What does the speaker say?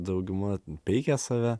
dauguma peikia save